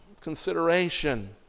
consideration